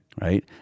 right